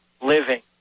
living